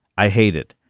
i hate it.